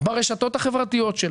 ברשתות החברתיות שלנו,